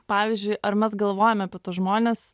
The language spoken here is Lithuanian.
pavyzdžiui ar mes galvojame apie tuos žmones